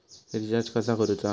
Recharge कसा करूचा?